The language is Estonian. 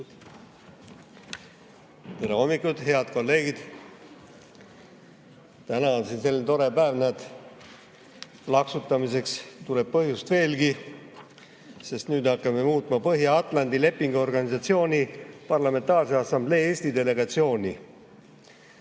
Tere hommikust, head kolleegid! Täna on siin selline tore päev, näed, et plaksutamiseks tuleb põhjust veelgi, sest nüüd hakkame muutma Põhja-Atlandi Lepingu Organisatsiooni Parlamentaarse Assamblee Eesti delegatsiooni.